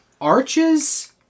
arches